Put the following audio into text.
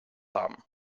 haben